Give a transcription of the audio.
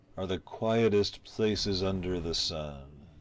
are the quietest places under the sun.